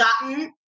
gotten